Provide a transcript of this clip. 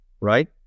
right